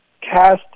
cast